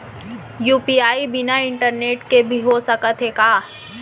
UPI बिना internet के भी हो सकत हे का?